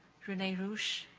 rene rusch,